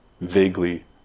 vaguely